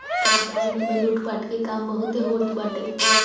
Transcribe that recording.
bank में लूटपाट के काम बहुते होत बाटे